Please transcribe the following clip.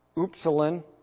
upsilon